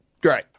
Great